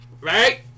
Right